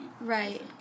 Right